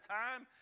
time